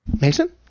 mason